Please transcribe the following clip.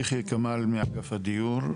יחיא כמאל מאגף הדיור.